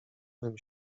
nym